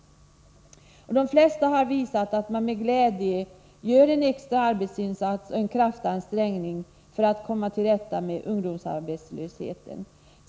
De flesta har visat att de med glädje gör en kraftansträngning för att komma till rätta med ungdomsarbetslösheten.